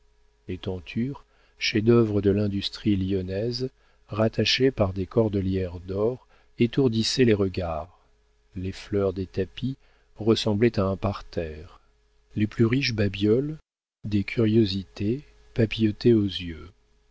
les tentures chefs-d'œuvre de l'industrie lyonnaise rattachées par des cordelières d'or étourdissaient les regards les fleurs des tapis ressemblaient à un parterre les plus riches babioles des curiosités papillotaient aux yeux